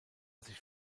sich